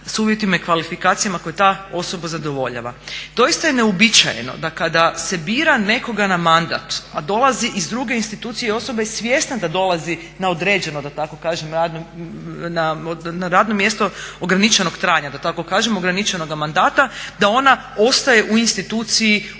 s uvjetima i kvalifikacijama koje ta osoba zadovoljava. Doista je neuobičajeno da kada se bira nekoga na mandat, a dolazi iz druge institucije i osoba je svjesna da dolazi na određeno da tako kažem na radno mjesto ograničenog trajanja, ograničenog mandata da ona ostaje u instituciji